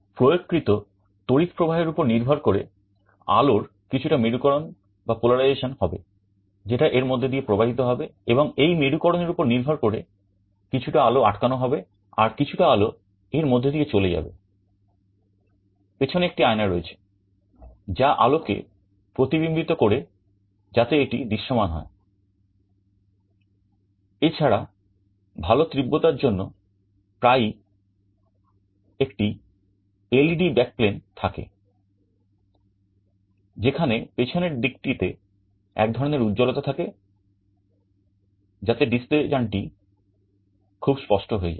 প্রয়োগ কৃত তড়িৎ প্রবাহের উপর নির্ভর করে আলোর কিছুটা মেরু করণ খুব স্পষ্ট হয়ে যায়